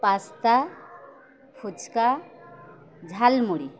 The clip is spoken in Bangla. পাস্তা ফুচকা ঝালমুড়ি